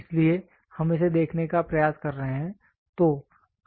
इसलिए हम इसे देखने का प्रयास कर रहे हैं